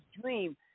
dream